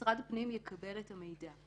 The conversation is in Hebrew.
משרד הפנים יקבל את המידע.